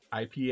IP